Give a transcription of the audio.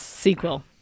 Sequel